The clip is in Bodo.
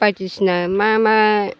बायदिसिना मा मा